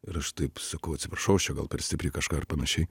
ir aš taip sakau atsiprašau aš čia gal per stipriai kažką ar panašiai